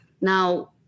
Now